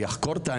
ויחקור את העניין,